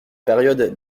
période